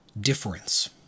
difference